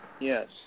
Yes